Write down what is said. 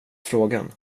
frågan